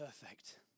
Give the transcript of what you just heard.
perfect